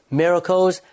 miracles